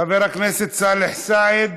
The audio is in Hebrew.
חבר הכנסת סאלח סעד,